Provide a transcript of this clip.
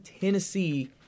Tennessee –